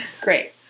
Great